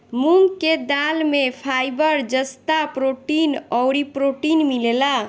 मूंग के दाल में फाइबर, जस्ता, प्रोटीन अउरी प्रोटीन मिलेला